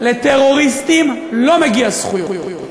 לטרוריסטים לא מגיעות זכויות.